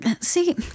see